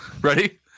Ready